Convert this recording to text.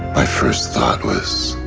my first thought was.